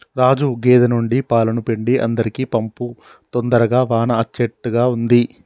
రాజు గేదె నుండి పాలను పిండి అందరికీ పంపు తొందరగా వాన అచ్చేట్టుగా ఉంది